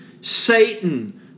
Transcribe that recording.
Satan